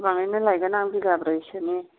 गोबाङैनो लायगोन आं बिगाब्रैसोनि